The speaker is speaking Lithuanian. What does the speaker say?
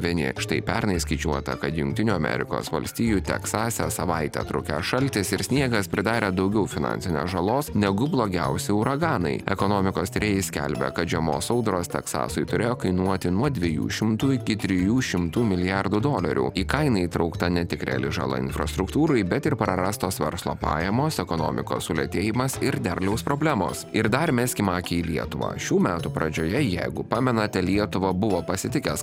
vieni štai pernai skaičiuota kad jungtinių amerikos valstijų teksase savaitę trukęs šaltis ir sniegas pridarė daugiau finansinės žalos negu blogiausi uraganai ekonomikos tyrėjai skelbia kad žiemos audros teksasui turėjo kainuoti nuo dviejų šimtų iki trijų šimtų milijardų dolerių į kainą įtraukta ne tik reali žala infrastruktūrai bet ir prarastos verslo pajamos ekonomikos sulėtėjimas ir derliaus problemos ir dar meskim akį į lietuvą šių metų pradžioje jeigu pamenate lietuvą buvo pasitikęs